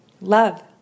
Love